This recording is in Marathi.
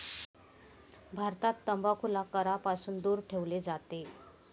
भारतात तंबाखूला करापासून दूर ठेवले जाते